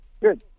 Good